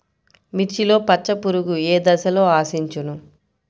మిర్చిలో పచ్చ పురుగు ఏ దశలో ఆశించును?